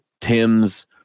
Tim's